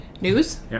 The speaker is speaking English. News